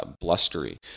blustery